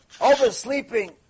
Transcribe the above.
oversleeping